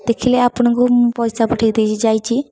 ଦେଖିଲେ ଆପଣଙ୍କୁ ମୁଁ ପଇସା ପଠେଇ ଦେଇଛି ଯାଇଛି